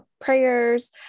prayers